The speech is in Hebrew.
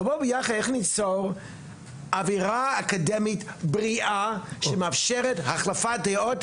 ובואו ביחד ליצור אווירה אקדמית בריאה שמאשפרת החלפת דעות,